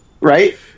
Right